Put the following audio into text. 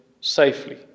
safely